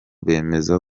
bemeza